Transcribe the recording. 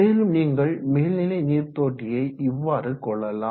மேலும் நீங்கள் மேல்நிலை நீர் தொட்டியை இவ்வாறு கொள்ளலாம்